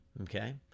Okay